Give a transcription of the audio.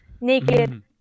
naked